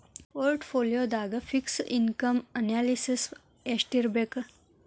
ಪೊರ್ಟ್ ಪೋಲಿಯೊದಾಗ fixed income analysis ಯೆಸ್ಟಿರ್ಬಕ್?